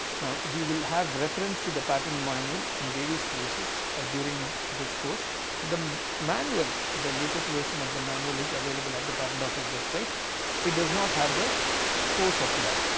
now we will have reference to the patent manual in various places ah during this course the manual the manual latest version of the manual is available at the patent office website it does not have the force of law